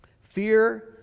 Fear